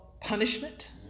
punishment